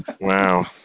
wow